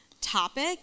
topic